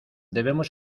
debemos